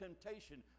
Temptation